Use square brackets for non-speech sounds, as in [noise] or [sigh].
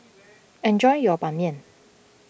[noise] enjoy your Ban Mian